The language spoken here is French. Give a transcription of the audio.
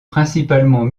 principalement